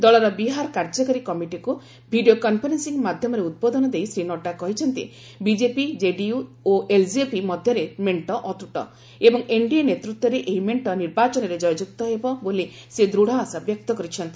ଦଳର ବିହାର କାର୍ଯ୍ୟକାରୀ କମିଟିକୁ ଭିଡ଼ିଓ କନ୍ଫରେନ୍ସିଂ ମାଧ୍ୟମରେ ଉଦ୍ବୋଧନ ଦେଇ ଶ୍ରୀ ନଡ୍ରା କହିଛନ୍ତି ବିଜେପି ଜେଡିୟୁ ଓ ଏଲ୍ଜେପି ମଧ୍ୟରେ ମେଣ୍ଟ ଅତ୍ରୁଟ ଏବଂ ଏନ୍ଡିଏ ନେତୃତ୍ୱରେ ଏହି ମେଣ୍ଟ ନିର୍ବାଚନରେ ଜୟଯୁକ୍ତ ହେବ ବୋଲି ସେ ଦୂତ୍ ଆଶା ବ୍ୟକ୍ତ କରିଛନ୍ତି